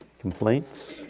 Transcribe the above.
complaints